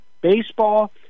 baseball